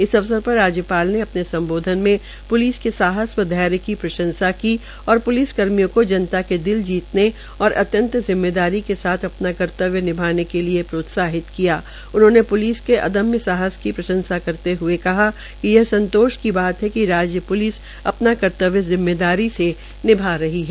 इस अवसर पर राज्यपाल ने अपने सम्बोध्न मे प्लिस के साहस व धैर्य की प्रंशसा की ओर अत्यंत जिम्मेदारी के साथ अपना कर्तव्य निभाने के लिए प्रोत्साहित किया उन्होंने पुलिस के अदम्य साहस की प्रंशसा करते हए कहा कि यह संतोष की बात है कि राज्य प्लिस अपना कर्तव्य जिम्मेदारी से निभार रही है